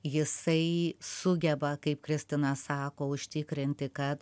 jisai sugeba kaip kristina sako užtikrinti kad